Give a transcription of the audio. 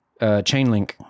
Chainlink